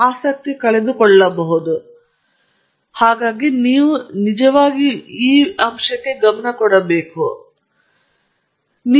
ಆದ್ದರಿಂದ ನೀವು ನಿಜವಾಗಿಯೂ ಗಮನ ಕೊಡಬೇಕು ಈ ಅಂಶಕ್ಕೆ ಪ್ರಾಮುಖ್ಯತೆ ಕೊಡಿ